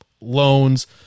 loans